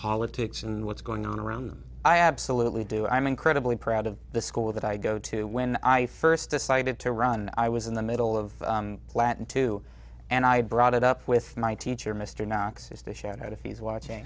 politics and what's going on around them i absolutely do i'm incredibly proud of the school that i go to when i first decided to run and i was in the middle of platen two and i brought it up with my teacher mr knox is to shout out if he's watching